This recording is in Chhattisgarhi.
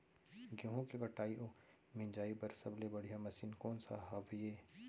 गेहूँ के कटाई अऊ मिंजाई बर सबले बढ़िया मशीन कोन सा हवये?